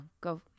go